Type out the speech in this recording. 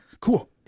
cool